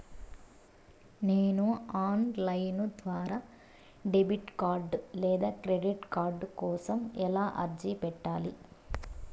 నేను online ద్వారా debit card లేదా క్రెడిట్ కార్డు కోసం ఎలా అర్జీ పెట్టాలి?